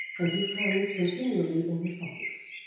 and his hands continually in his pockets,